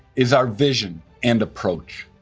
is our vision and approach.